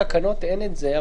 אין את זה בתקנות.